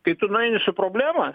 kai tu nueini su problema